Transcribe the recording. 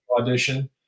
audition